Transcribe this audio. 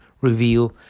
reveal